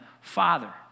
father